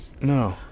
No